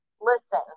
listen